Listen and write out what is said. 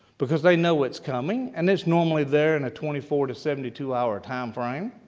because they know it's coming. and its normally there in a twenty four seventy two hour time frame.